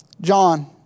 John